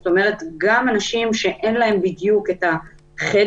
זאת אומרת שגם לאנשים שאין להם בדיוק את החדר